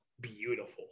beautiful